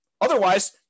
Otherwise